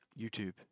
youtube